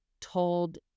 told